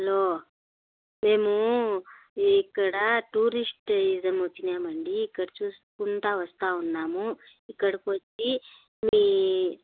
hello మేము ఇక్కడ tourist వేద్దాం అని వచ్చినాం అండి ఇక్కడ చూసుకుంటు వస్తు ఉన్నాము ఇక్కడకు వచ్చి మీ